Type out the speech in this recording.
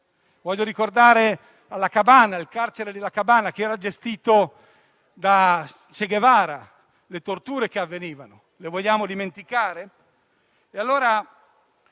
Voglio ricordare il carcere di La Cabaña, che era gestito da Che Guevara, e le torture che avvenivano lì. Le vogliamo dimenticare? Oppure